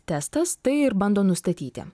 testas tai ir bando nustatyti